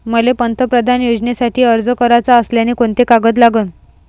मले पंतप्रधान योजनेसाठी अर्ज कराचा असल्याने कोंते कागद लागन?